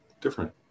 different